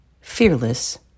fearless